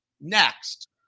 next